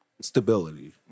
stability